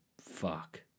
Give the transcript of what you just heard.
fuck